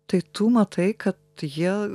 tai tu matai kad jie